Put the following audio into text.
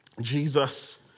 Jesus